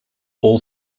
all